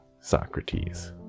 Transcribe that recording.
Socrates